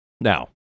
Now